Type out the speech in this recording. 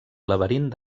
laberint